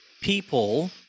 people